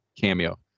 cameo